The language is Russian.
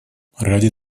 ради